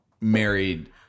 married